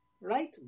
Right